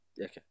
Okay